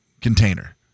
container